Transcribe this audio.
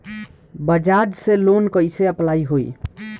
बज़ाज़ से लोन कइसे अप्लाई होई?